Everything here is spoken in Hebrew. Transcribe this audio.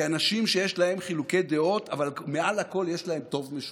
כאנשים שיש להם חילוקי דעות אבל מעל הכול יש להם טוב משותף,